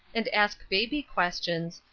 and ask baby questions,